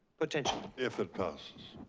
potentially. if it passes.